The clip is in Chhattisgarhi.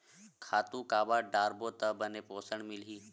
खातु काबर डारबो त बने पोषण मिलही?